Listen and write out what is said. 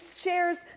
shares